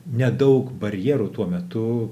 nedaug barjerų tuo metu